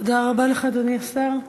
תודה רבה לך, אדוני השר.